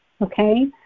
Okay